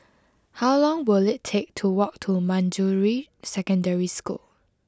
how long will it take to walk to Manjusri Secondary School